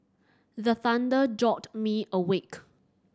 the thunder jolt me awake